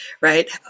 right